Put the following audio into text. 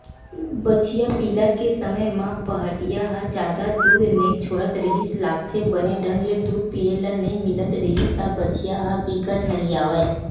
बछिया पिला के समे म पहाटिया ह जादा दूद नइ छोड़त रिहिस लागथे, बने ढंग ले दूद पिए ल नइ मिलत रिहिस त बछिया ह बिकट नरियावय